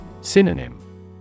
Synonym